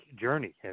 journey